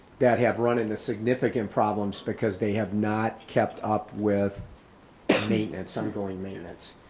that have run into significant problems because they have not kept up with maintenance, ongoing maintenance,